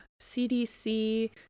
cdc